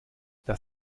dass